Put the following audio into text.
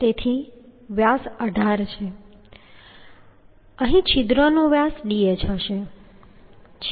તેથી વ્યાસ 18 છે તેથી છિદ્રનો વ્યાસ dh હશે